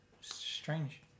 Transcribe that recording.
Strange